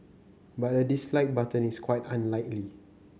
but a dislike button is quite unlikely